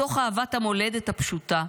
מתוך אהבת המולדת הפשוטה,